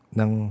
ng